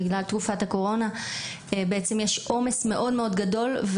בגלל תקופת הקורונה בעצם יש עומס מאוד מאוד גדול,